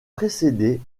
précédé